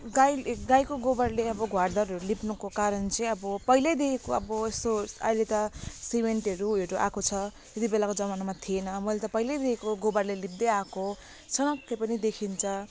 गाई गाईको गोबरले अब घरद्वारहरू लिप्नुको कारण चाहिँ अब पहिल्यैदेखिको अब यसो अहिले त सिमेन्टहरू आएको छ यति बेलाको जमानामा थिएन मैले त पहिल्यैदेखिको गोबरले लिप्दै आएको छ त्यही पनि देखिन्छ